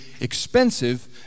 expensive